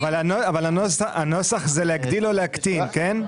אבל הנוסח זה להגדיל או להקטין, כן?